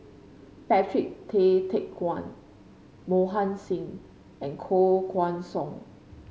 Patrick Tay Teck Guan Mohan Singh and Koh Guan Song